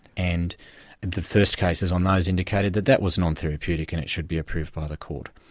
and the first cases on those indicated that that was non-therapeutic and it should be approved by the court.